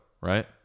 right